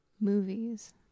movies